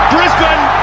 Brisbane